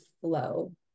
flow